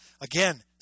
again